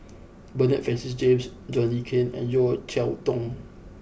Bernard Francis James John Le Cain and Yeo Cheow Tong